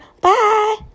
Bye